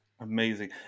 Amazing